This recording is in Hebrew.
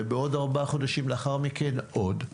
וארבעה חודשים לאחר מכן עוד.